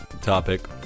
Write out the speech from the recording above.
topic